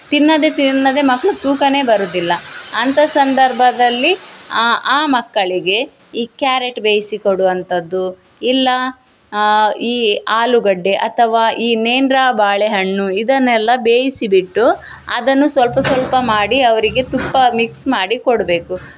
ತಿನ್ನದೆ ತಿನ್ನದೆ ಮಕ್ಳು ತೂಕನೆ ಬರೋದಿಲ್ಲ ಅಂತ ಸಂದರ್ಭದಲ್ಲಿ ಆ ಮಕ್ಕಳಿಗೆ ಈ ಕ್ಯಾರೆಟ್ ಬೇಯಿಸಿ ಕೊಡುವಂಥದ್ದು ಇಲ್ಲ ಈ ಆಲುಗೆಡ್ಡೆ ಅಥವಾ ಈ ನೇಂದ್ರ ಬಾಳೆಹಣ್ಣು ಇದನ್ನೆಲ್ಲ ಬೇಯಿಸಿಬಿಟ್ಟು ಅದನ್ನು ಸ್ವಲ್ಪ ಸ್ವಲ್ಪ ಮಾಡಿ ಅವರಿಗೆ ತುಪ್ಪ ಮಿಕ್ಸ್ ಮಾಡಿ ಕೊಡಬೇಕು